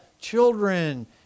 children